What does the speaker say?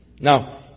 Now